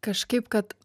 kažkaip kad